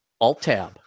Alt-tab